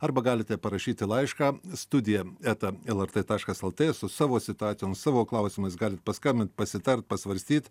arba galite parašyti laišką studija eta lrt taškas lt su savo situacijom savo klausimais gal paskambint pasitart pasvarstyt